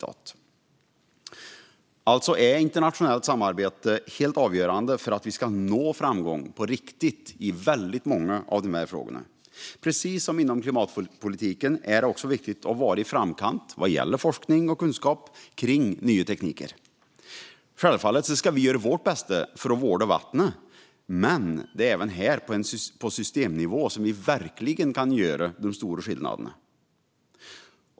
Alltså är internationellt samarbete helt avgörande för att vi ska nå framgång på riktigt i många av dessa frågor. Precis som inom klimatpolitiken är det också viktigt att ligga i framkant vad gäller forskning och kunskap om nya tekniker. Självfallet ska vi göra vårt bästa för att vårda vattnet, men även här är det på systemnivå som vi verkligen kan göra den stora skillnaden.